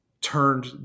turned